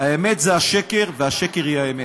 האמת זה השקר והשקר הוא האמת.